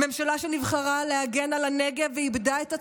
ממשלה שנבחרה להגן על הנגב ואיבדה את הצפון,